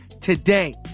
today